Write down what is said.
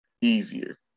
easier